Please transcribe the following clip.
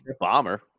bomber